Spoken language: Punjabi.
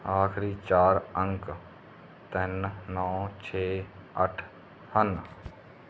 ਆਖਰੀ ਚਾਰ ਅੰਕ ਤਿੰਨ ਨੌਂ ਛੇ ਅੱਠ ਹਨ